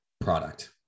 product